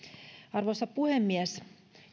arvoisa puhemies